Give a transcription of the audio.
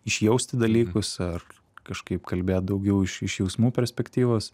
išjausti dalykus ar kažkaip kalbėt daugiau iš jausmų perspektyvos